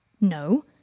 No